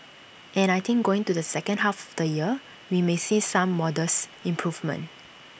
and I think going to the second half of the year we may see some modest improvements